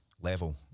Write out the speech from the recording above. level